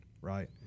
right